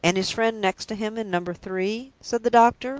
and his friend next to him, in number three? said the doctor.